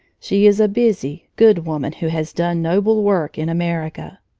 she is a busy, good woman who has done noble work in america.